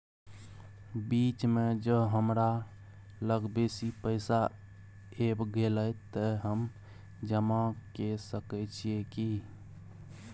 बीच म ज हमरा लग बेसी पैसा ऐब गेले त हम जमा के सके छिए की?